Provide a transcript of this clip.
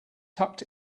tucked